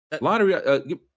Lottery